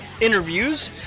interviews